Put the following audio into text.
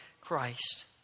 Christ